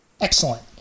Excellent